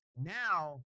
Now